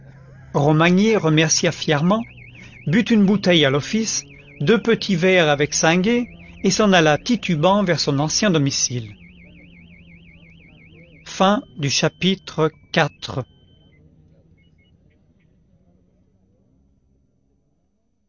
romagné remercia fièrement but une bouteille à l'office deux petits verres avec singuet et s'en alla titubant vers son ancien domicile